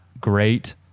great